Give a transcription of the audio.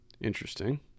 Interesting